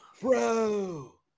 bro